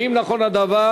1. האם נכון הדבר?